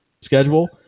schedule